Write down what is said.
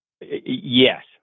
yes